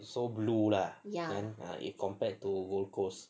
so blue lah in compared to gold coast